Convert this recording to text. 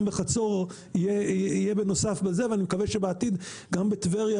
גם בחצור יהיה בנוסף ואני מקווה שבעתיד גם בטבריה,